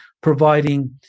providing